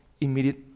immediate